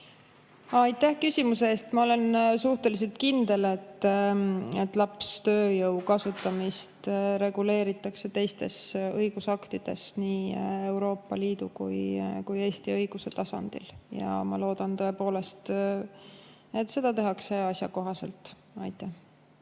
Aitäh küsimuse eest! Ma olen suhteliselt kindel, et lapstööjõu kasutamist reguleeritakse teistes õigusaktides nii Euroopa Liidu kui ka Eesti õiguse tasandil. Ja ma tõepoolest loodan, et seda tehakse asjakohaselt. Aitäh